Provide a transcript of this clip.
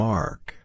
Mark